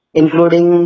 including